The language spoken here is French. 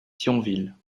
thionville